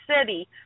City